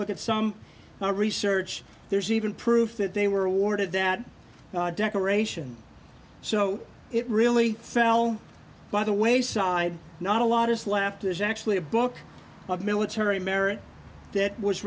look at some research there's even proof that they were awarded that decoration so it really fell by the wayside not a lot is left is actually a book of military merit that was